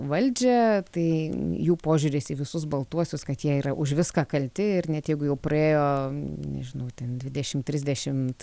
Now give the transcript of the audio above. valdžią tai jų požiūris į visus baltuosius kad jie yra už viską kalti ir net jeigu jau praėjo nežinau ten dvidešim trisdešimt